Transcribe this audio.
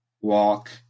walk